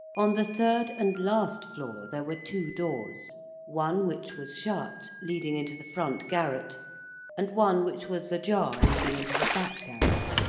on the third, and last, floor, there were two doors one, which was shut, leading into the front garret and one, which was ajar, leading into the back garret.